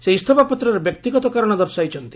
ସେ ଇସ୍ତଫାପତ୍ରରେ ବ୍ୟକ୍ତିଗତ କାରଣ ଦର୍ଶାଇଛନ୍ତି